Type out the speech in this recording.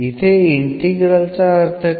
इथे इंटिग्रल चा अर्थ काय